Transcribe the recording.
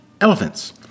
Elephants